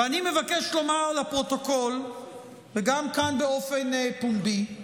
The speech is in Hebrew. ואני מבקש לומר לפרוטוקול וגם כאן באופן פומבי,